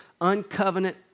uncovenant